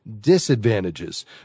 disadvantages